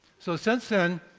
so since then,